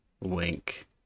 Wink